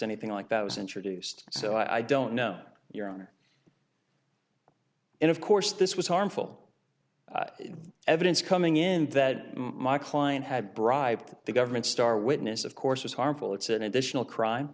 anything like that was introduced so i don't know your honor and of course this was harmful evidence coming in that my client had bribed the government's star witness of course is harmful it's an additional crime